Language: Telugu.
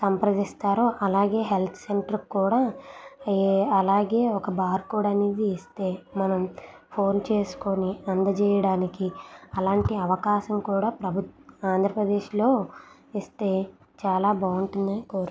సంప్రదిస్తారో అలాగే హెల్త్ సెంటర్కి కూడా ఈ అలాగే ఒక బార్కోడ్ అనేది ఇస్తే మనం ఫోన్ చేసుకొని అందజేయడానికి అలాంటి అవకాశం కూడా ప్రభుత్వ ఆంధ్రప్రదేశ్లో ఇస్తే చాలా బాగుంటుందని కోరుతు